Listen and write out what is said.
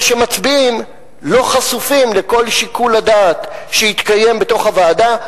אלה שמצביעים לא חשופים לכל שיקול הדעת שהתקיים בוועדה,